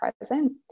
present